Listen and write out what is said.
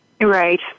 Right